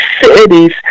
cities